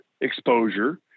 exposure